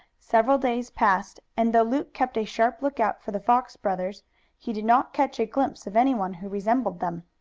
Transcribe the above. several days passed, and though luke kept a sharp lookout for the fox brothers he did not catch a glimpse of anyone who resembled them.